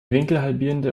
winkelhalbierende